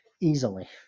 Easily